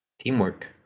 teamwork